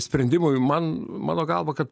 sprendimui man mano galva kad